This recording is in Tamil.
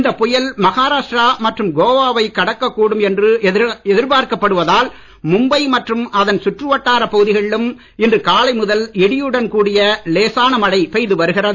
இந்த புயல் மகாராஷ்டிரா மற்றும் கோவாவை கடக்கக்கூடும் என்று எதிர்பார்க்கப் படுவதால் மும்பை மற்றும் அதன் சுற்றுவட்டாரப் பகுதிகளிலும் இன்று காலை முதல் இடியுடன் கூடிய லேசான மழை பெய்து வருகிறது